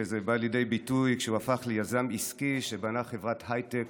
וזה בא לידי ביטוי כשהוא הפך ליזם עסקי שבנה חברת הייטק